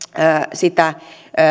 sitä